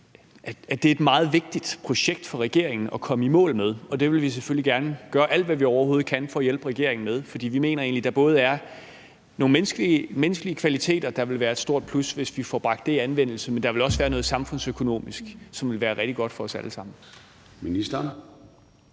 at det er et meget vigtigt projekt for regeringen at komme i mål med, og det vil vi selvfølgelig gerne gøre alt, hvad vi overhovedet kan, for at hjælpe regeringen med. For vi mener egentlig, at der både er nogle menneskelige kvaliteter, der vil være et stort plus, hvis vi får bragt dem i anvendelse, men at der også vil være noget samfundsøkonomisk, som vil være rigtig godt for os alle sammen.